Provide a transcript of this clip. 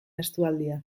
estualdia